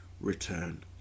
return